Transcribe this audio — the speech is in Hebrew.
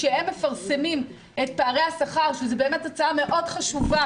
כשהם מפרסמים את פערי השכר שזו באמת הצעה מאוד חשובה